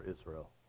Israel